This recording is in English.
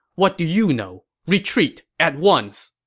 what do you know? retreat at once!